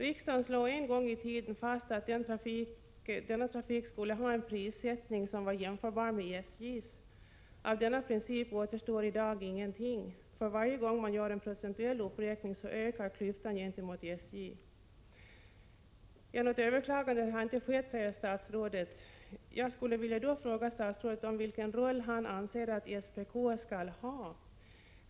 Riksdagen slog en gång i tiden fast att denna trafik skulle ha en prissättning som var jämförbar med SJ:s. Av denna princip återstår i dag ingenting. För varje gång man gör en procentuell uppräkning, ökar klyftan gentemot SJ. Statsrådet säger att något överklagande av transportrådets beslut inte har skett. Jag skulle därför vilja fråga statsrådet om vilken roll han anser att SPK skall ha.